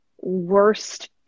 worst